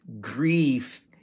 grief